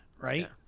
right